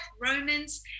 Romans